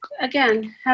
again